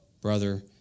brother